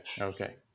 okay